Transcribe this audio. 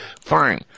fine